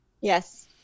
Yes